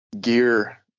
gear